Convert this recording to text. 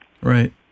Right